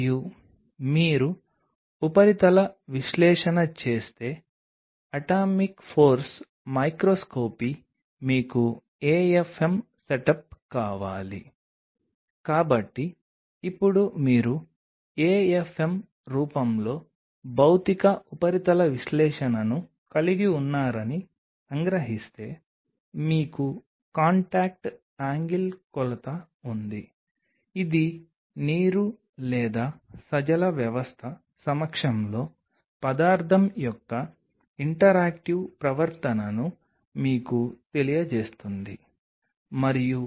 దీనికి విరుద్ధంగా ఉదాహరణకు చెప్పాలంటే మీరు నీటి అణువును ఉంచే ఉపరితలం ఉంది ఇది ఒక ఉపరితలం అని అనుకుందాం మరియు మీరు నీటి అణువును నీటి అణువును ఉంచారు దాదాపు ఏ సమయంలోనైనా అది ఇక్కడ నుండి ఇక్కడ వరకు ఇలా మారుతుంది మేము వాటిని చాలా హైడ్రోఫిలిక్ సబ్స్ట్రేట్ అని పిలుస్తాము